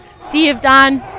steve, donn.